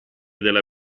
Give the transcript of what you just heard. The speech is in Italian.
della